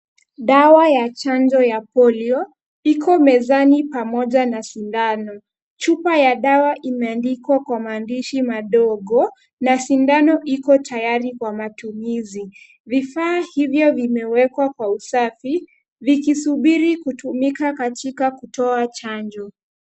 Dawa ya chanjo ya polio iko mezani pamoja na sindano. Chupa ya dawa imeandikwa kwa maandishi madogo na sindano iko tayari kwa matumizi. Vifaa hivyo vimewekwa kwa usafi vikisubiri kutumika katika kutoa chanjo.